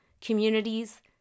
communities